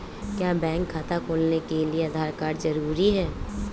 क्या बैंक खाता खोलने के लिए आधार कार्ड जरूरी है?